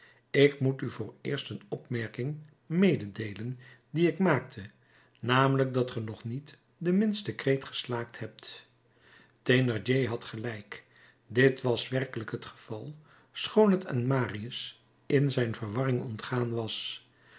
ik moet u vooreerst een opmerking mededeelen die ik maakte namelijk dat ge nog niet den minsten kreet geslaakt hebt thénardier had gelijk dit was werkelijk het geval schoon het aan marius in zijn verwarring ontgaan was